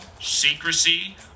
secrecy